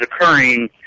occurring